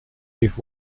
with